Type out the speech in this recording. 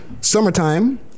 Summertime